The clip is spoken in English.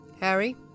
Harry